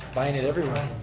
buying it everywhere,